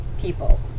people